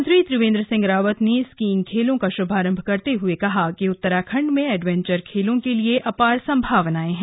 मुख्यमंत्री त्रिवेन्द्र सिंह रावत ने स्कीइंग खेलों का शुभारम्भ करते हुए कहा कि उत्तराखण्ड में एडवेंचर खेलों के लिए आपार संभावनाएं है